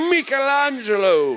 Michelangelo